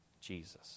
Jesus